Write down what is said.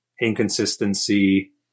inconsistency